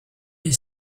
est